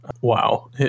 Wow